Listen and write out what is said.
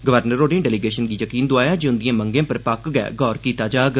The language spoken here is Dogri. गवर्नर होरें डेलीगेशन गी यकीन दोआया जे उंदिएं मंगें पर पक्क गै गौर कीता जाग